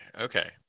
okay